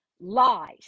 lies